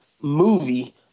movie